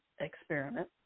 experiment